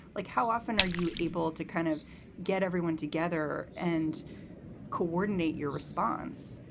like, how often are you able to kind of get everyone together and coordinate your response?